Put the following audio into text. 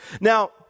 now